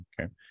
okay